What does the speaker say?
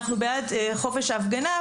אנחנו בעד חופש ההפגנה,